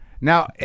Now –